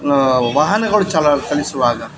ವಾಹನಗಳು ಚಲಿಸುವಾಗ